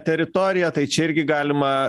teritoriją tai čia irgi galima